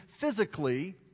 physically